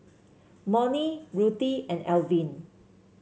Monnie Ruthie and Alvin